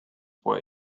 were